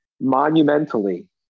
Monumentally